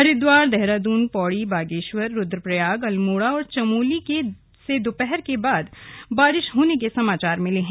हरिद्वार देहरादून पौड़ी बागेश्वर रूद्रप्रयाग अल्मोड़ा और चमोली से दोपहर के बाद बारिश होने के समाचार मिले हैं